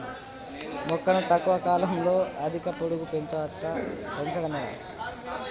మొక్కను తక్కువ కాలంలో అధిక పొడుగు పెంచవచ్చా పెంచడం ఎలా?